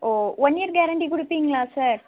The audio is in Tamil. ஓ ஒன் இயர் கேரண்டி கொடுப்பிங்களா சார்